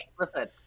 listen